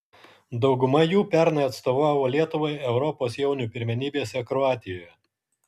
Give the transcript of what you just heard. dauguma jų pernai atstovavo lietuvai europos jaunių pirmenybėse kroatijoje